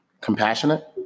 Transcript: compassionate